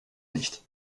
nicht